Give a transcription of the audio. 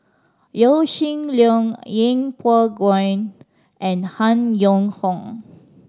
Yaw Shin Leong Yeng Pway and Han Yong Hong